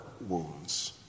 wounds